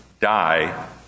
die